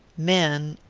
men,